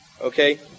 Okay